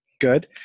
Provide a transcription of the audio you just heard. Good